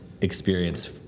experience